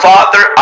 Father